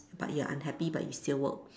but you're unhappy but you still work